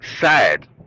sad